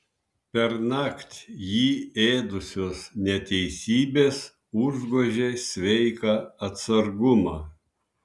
pernakt jį ėdusios neteisybės užgožė sveiką atsargumą